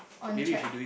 on track